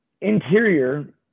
Interior